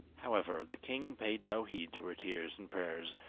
however, the king paid no heed to her tears and prayers,